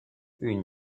une